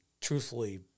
truthfully